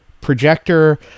projector